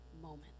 moment